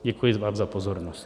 Děkuji vám za pozornost.